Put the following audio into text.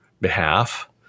behalf